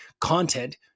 content